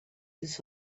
this